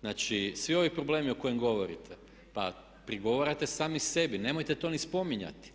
Znači svi ovi problemi o kojima govorite, pa prigovarate sami sebi, nemojte to ni spominjati